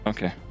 Okay